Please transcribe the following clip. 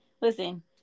listen